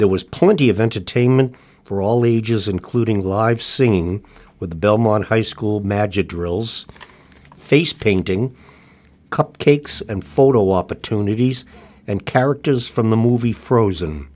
there was plenty of entertainment for all ages including live singing with belmont high school magic drills face painting cupcakes and photo opportunities and characters from the movie frozen